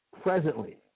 presently